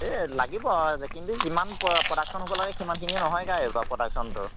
এই লাগিব কিন্তু যিমান প্ৰডাকচন হ'ব লাগে সিমানখিনি নহয়গৈ আৰু এইবাৰ প্ৰডাকচনটো